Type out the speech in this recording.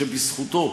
שבזכותו